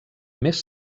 més